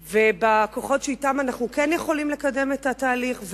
ובכוחות שאתם אנחנו כן יכולים לקדם את התהליך,